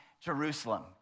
Jerusalem